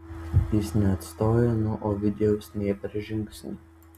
jis neatstojo nuo ovidijaus nė per žingsnį